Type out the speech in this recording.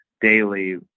daily